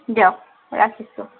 দিয়ক ৰাখিছোঁ